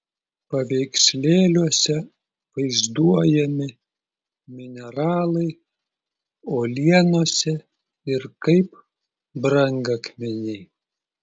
paveikslėliuose vaizduojami mineralai uolienose ir kaip brangakmeniai